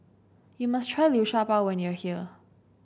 you must try Liu Sha Bao when you are here